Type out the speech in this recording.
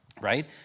right